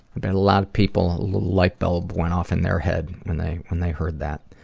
bet a lot of people, a light bulb went off in their head when they when they heard that.